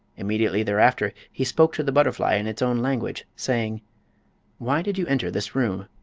immediately thereafter he spoke to the butterfly in its own language, saying why did you enter this room?